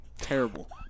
terrible